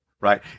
Right